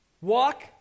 walk